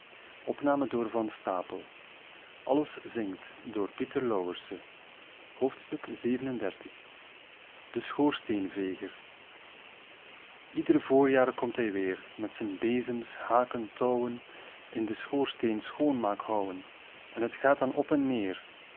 lles zingt eger eder voorjaar komt hij weer met zijn bezems haken touwen in den schoorsteen schoonmaak houën en het gaat dan op en neer